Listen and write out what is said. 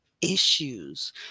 issues